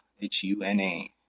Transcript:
H-U-N-A